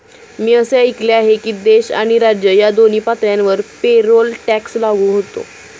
मी असे ऐकले आहे की देश आणि राज्य या दोन्ही पातळ्यांवर पेरोल टॅक्स लागू होतो